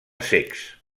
cecs